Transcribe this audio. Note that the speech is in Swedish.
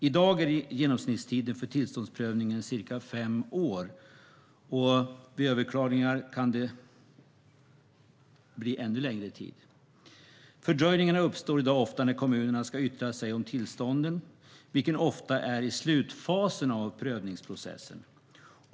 I dag är genomsnittstiden för tillståndsprövningen cirka fem år, och vid överklagande kan det ta ännu längre tid. Fördröjningarna uppstår i dag ofta när kommunerna ska yttra sig om tillståndet, vilket oftast är i slutfasen av prövningsprocessen.